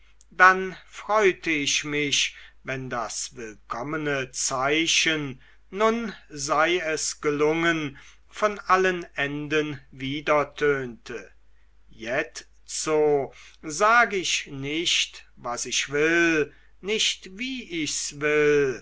dann freute ich mich wenn das willkommene zeichen nun sei es gelungen von allen enden widertönte jetzo sag ich nicht was ich will nicht wie ich's will